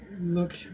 look